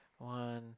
One